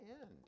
end